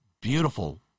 Beautiful